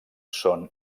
són